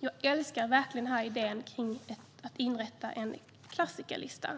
Jag älskar verkligen idén med att inrätta en klassikerlista.